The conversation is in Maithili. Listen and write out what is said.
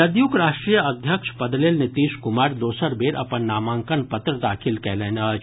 जदयूक राष्ट्रीय अध्यक्ष पद लेल नीतीश कुमार दोसर बेर अपन नामांकन पत्र दाखिल कयलनि अछि